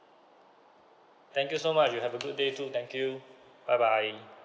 thank you so much you have a good day too thank you bye bye